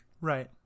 Right